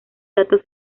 datos